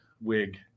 wig